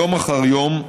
יום אחר יום,